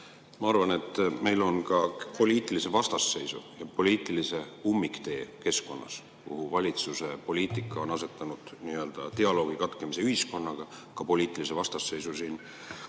Ma arvan, et ka poliitilise vastasseisu ja poliitilise ummiktee keskkonnas, kui valitsuse poliitika on [tekitanud] nii-öelda dialoogi katkemise ühiskonnaga ja ka poliitilise vastasseisu siin